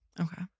Okay